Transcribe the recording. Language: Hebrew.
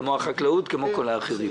כמו החקלאות וכמו כל האחרים.